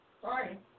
Sorry